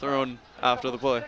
thrown after the boy